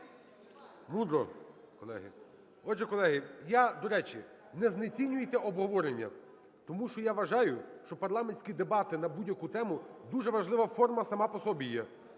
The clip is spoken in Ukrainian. Мудро, колеги. Отже, колеги, я, до речі, не знецінюйте обговорення, тому що я вважаю, що парламентські дебати на будь-яку тему – дуже важлива форма сама по собі є.